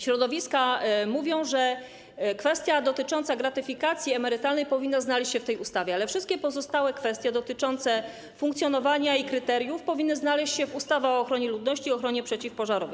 Środowiska mówią, że kwestia dotycząca gratyfikacji emerytalnej powinna znaleźć się w tej ustawie, ale wszystkie pozostałe kwestie dotyczące funkcjonowania i kryteriów powinny znaleźć się w ustawach o ochronie ludności i ochronie przeciwpożarowej.